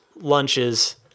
lunches